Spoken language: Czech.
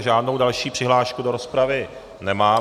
Žádnou další přihlášku do rozpravy nemám.